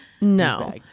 no